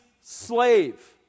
slave